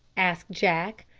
asked jack.